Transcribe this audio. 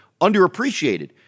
underappreciated